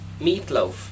meatloaf